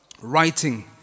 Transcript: Writing